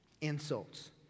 insults